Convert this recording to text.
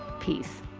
peace